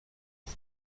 ist